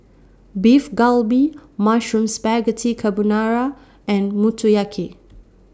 Beef Galbi Mushroom Spaghetti Carbonara and Motoyaki